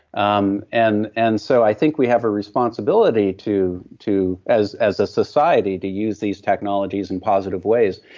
um and and so i think we have a responsibility to to as as a society to use these technologies in positive ways.